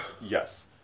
Yes